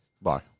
Bye